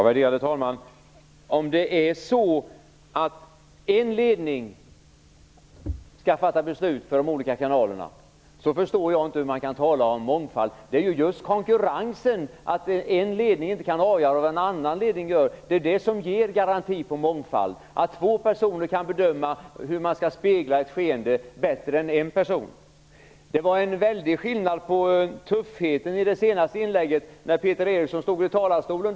Värderade talman! Om det är så att en ledning skall fatta beslut för de olika kanalerna då förstår jag inte hur man kan tala om mångfald. Det är ju just konkurrensen, att en ledning inte kan avgöra vad en annan ledning gör, som ger garanti för mångfald, att två personer kan bedöma hur man skall spegla ett skeende bättre än en person. Det var en väldig skillnad på tuffheten i det senaste inlägget mot när Peter Eriksson stod i talarstolen.